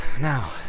Now